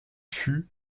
fut